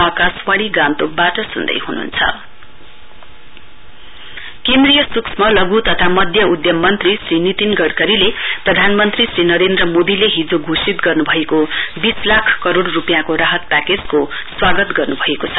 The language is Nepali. नितिन गडकरी केन्द्रीय सूक्ष्म लघु तथा मध्य उधम मन्त्री श्री नितिन गडकरीले प्रधानमन्त्री श्री नरेन्द्र मोदीले हिजो घोषित गर्नुभएको बीस लाख करोड़ रुपिँयाको राहत प्याकेजको स्वागत गर्नुभएको छ